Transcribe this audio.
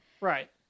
right